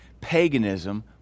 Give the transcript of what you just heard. paganism